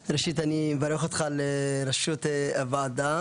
ראשית, אני מברך אותך על ראשות הוועדה.